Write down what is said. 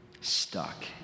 stuck